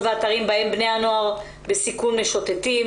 והאתרים בהם בני הנוער בסיכון משוטטים.